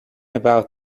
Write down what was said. about